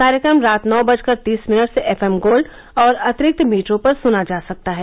कार्यक्रम रात नौ बजकर तीस मिनट से एफएम गोल्ड और अतिरिक्त मीटरों पर सुना जा सकता है